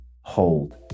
hold